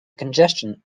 congestion